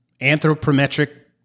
anthropometric